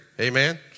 Amen